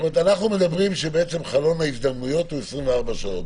אז אנחנו מדברים על כך שחלון הזדמנויות הוא 24 שעות.